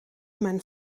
mijn